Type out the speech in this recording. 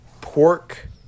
pork